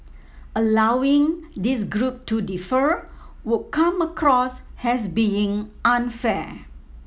allowing this group to defer would come across as being unfair